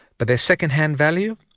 but their second hand value?